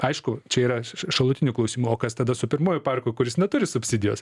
aišku čia yra šalutinių klausimų o kas tada su pirmuoju parku kuris neturi subsidijos